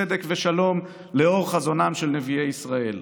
צדק ושלום לאור חזונם של נביאי ישראל".